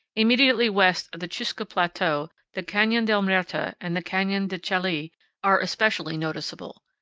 immediately west of the chusca plateau the canyon del muerta and the canyon de chelly are especially noticeable.